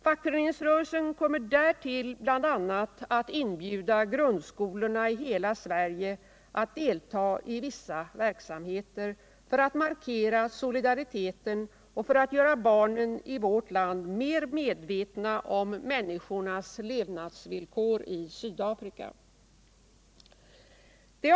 Fackföreningsrörelsen kommer därtill bl.a. att inbjuda grundskolorna i hela Sverige att delta i vissa verksamheter för att markera solidariteten och för att göra barnen i vårt land mer medvetna om människornas levnadsvillkor i Sydafrika.